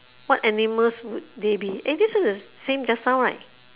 what animals would they be eh this one the same just now right